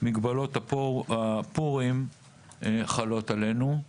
מגבלות הפורים חלות עלינו,